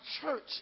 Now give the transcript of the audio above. church